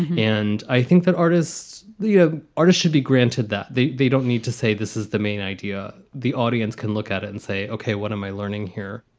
and i think that artists, the ah artist, should be granted that they don't need to say this is the main idea. the audience can look at it and say, ok, what am i learning here?